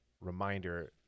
reminder